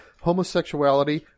homosexuality